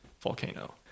volcano